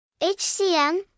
hcm